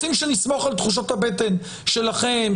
רוצים שנסמוך על תחושות הבטן שלכם,